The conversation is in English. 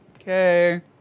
okay